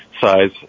size